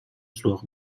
суох